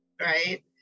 right